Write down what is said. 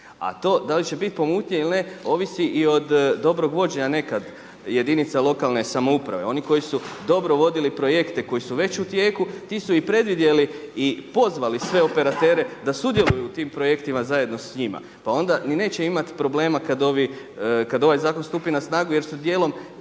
A to da li će biti pomutnje ili ne ovisi i od dobrog vođenja nekad jedinica lokalne samouprave. Oni koji su dobro vodili projekte koji su već u tijeku ti su i predvidjeli i pozvali sve operatere da sudjeluju u tim projektima zajedno s njima. Pa onda ni neće imati problema kad ovi, kad ovaj zakon stupi na snagu jer su djelom